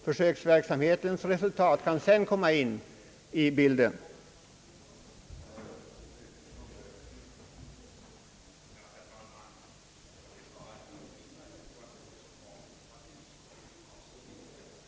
Försöksverksamheten kan mycket väl sättas in oberoende av detta och resultaten av försöken kan vi tillgodogöra oss efter hand.